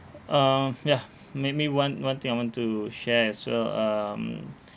um yeah maybe one one thing I want to share as well um